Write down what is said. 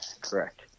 correct